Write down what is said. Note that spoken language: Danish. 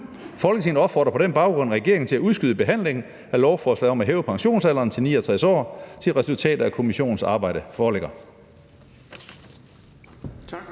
Folketinget opfordrer på den baggrund regeringen til at udskyde behandlingen af lovforslaget om at hæve pensionsalderen til 69 år, til resultatet af kommissionens arbejde foreligger.«